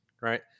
right